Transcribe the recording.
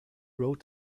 wrote